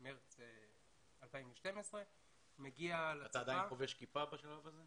מרס 2012. אתה עדיין חובש כיפה בשלב הזה?